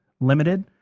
Limited